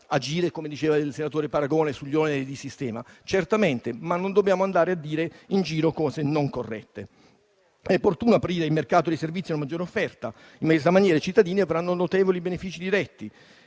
- come diceva il senatore Paragone - ma non dobbiamo andare a dire in giro cose non corrette. È opportuno aprire il mercato dei servizi a una maggiore offerta; in questa maniera i cittadini avranno notevoli benefici diretti.